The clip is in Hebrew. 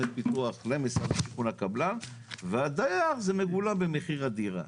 פיתוח למשרד השיכון הקבלן והדייר זה מגולם במחיר הדירה.